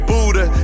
Buddha